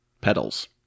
petals